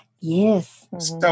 Yes